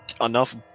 enough